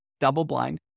double-blind